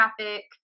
traffic